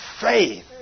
faith